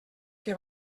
que